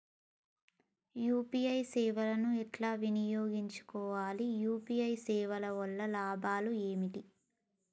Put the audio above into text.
UPI సేవను ఎలా ఉపయోగించు కోవాలి? యూ.పీ.ఐ సేవల వల్ల కలిగే లాభాలు ఏమిటి?